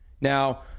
Now